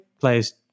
players